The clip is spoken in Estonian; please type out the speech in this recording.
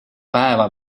päeva